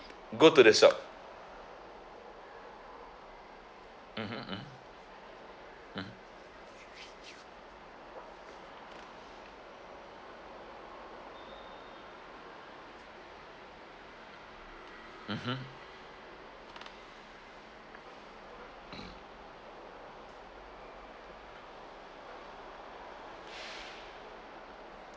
go to the shop mmhmm mmhmm mmhmm mmhmm